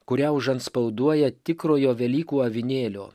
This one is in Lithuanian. kurią užantspauduoja tikrojo velykų avinėlio